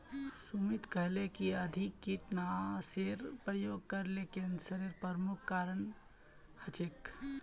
सुमित कहले कि अधिक कीटनाशेर प्रयोग करले कैंसरेर प्रमुख कारण हछेक